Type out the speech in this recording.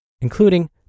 including